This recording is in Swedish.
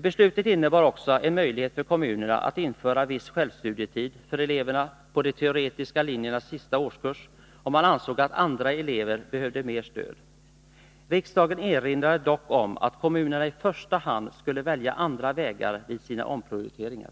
Beslutet innebar också en möjlighet för kommunerna att införa viss självstudietid för elever på de teoretiska linjernas sista årskurs om man ansåg att andra elever behövde mer stöd. Riksdagen erinrade dock om att kommunerna i första hand skulle välja andra vägar vid sina omprioriteringar.